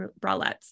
bralettes